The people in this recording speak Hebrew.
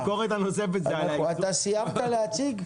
הביקורת הנוספת זה על הייצוג --- סיימת להציג?